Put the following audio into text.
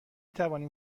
توانیم